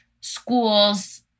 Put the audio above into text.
Schools